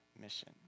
mission